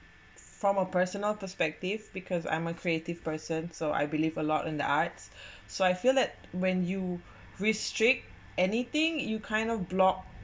from a personal perspective because I'm a creative person so I believe a lot in the arts so I feel it when you restrict anything you kind of block